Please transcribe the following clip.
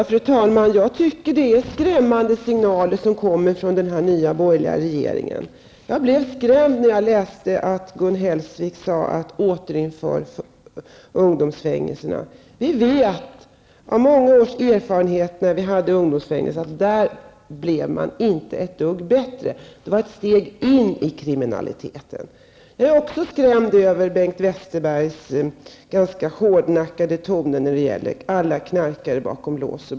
Fru talman! Jag tycker att det är skrämmande signaler som kommer från den nya borgerliga regeringen. Jag blev skrämd när jag läste att Gun Hellsvik sade att vi bör återinföra ungdomsfängelserna. Vi vet av många års erfarenhet från den tid då vi hade ungdomsfängelser, att där blev man inte ett dugg bättre. Det var ett steg in i kriminaliteten. Jag är också skrämd över Bengt Westerbergs ganska hårdnackade ton i fråga om ''alla knarkare bakom lås och bom''.